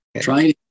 trying